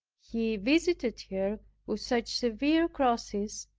he visited her with such severe crosses,